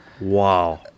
Wow